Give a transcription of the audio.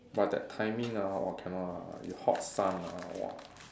but that timing ah !whoa! cannot ah the hot sun ah !whoa!